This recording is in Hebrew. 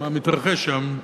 מה מתרחש שם,